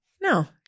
No